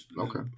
Okay